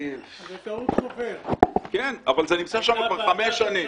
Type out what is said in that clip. זה נמצא שם כבר חמש שנים.